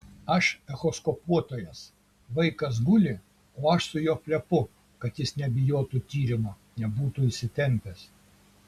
aš echoskopuotojas vaikas guli o aš su juo plepu kad jis nebijotų tyrimo nebūtų įsitempęs